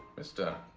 mr.